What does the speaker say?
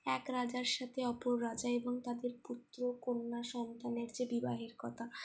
এক রাজার সাথে অপর রাজা এবং তাদের পুত্র কন্যাসন্তানের যে বিবাহের কথা